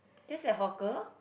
that's at hawker